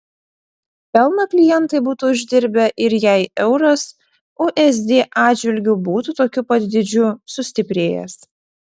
pelną klientai būtų uždirbę ir jei euras usd atžvilgiu būtų tokiu pat dydžiu sustiprėjęs